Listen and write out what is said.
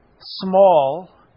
small